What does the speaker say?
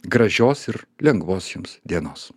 gražios ir lengvos jums dienos